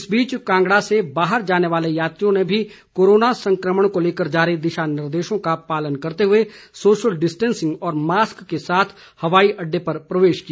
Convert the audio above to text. इस बीच कांगड़ा से बाहर जाने वाले यात्रियों ने भी कोरोना संकमण को लेकर जारी दिशा निर्देशों का पालन करते हुए सोशल डिस्टेंसिंग व मास्क के साथ हवाई अड्डे पर प्रवेश किया